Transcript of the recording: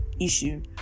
issue